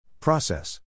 Process